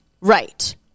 right